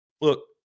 Look